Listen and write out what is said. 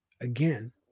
Again